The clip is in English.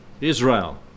Israel